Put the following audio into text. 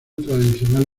tradicional